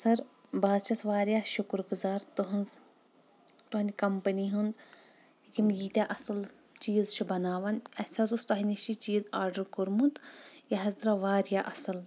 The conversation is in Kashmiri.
سر بہٕ حظ چھس واریاہ شُکر گُزار تُۂنٛز تُہنٛدِ کمپنی ہُنٛد یِمہٕ یٖتیاہ اَصل چیٖز چھ بناوان اَسہِ حظ اوس تۄہہِ نِش یہِ چیٖز آڈر کوٚرمُت یہِ حظ درٛاو واریاہ اَصل